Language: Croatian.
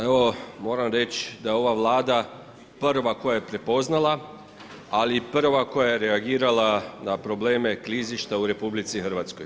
Evo moram reći da ova Vlada prva koja je prepoznala, ali prva koja je reagirala na probleme klizišta u RH.